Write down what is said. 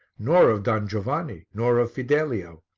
nor of don giovanni, nor of fidelio.